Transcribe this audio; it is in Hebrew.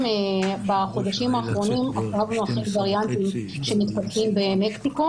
בחודשים האחרונים עקבנו אחרי וריאנטים שנתפסים במקסיקו